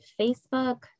Facebook